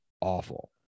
awful